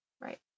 Right